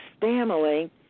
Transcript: family